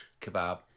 Kebab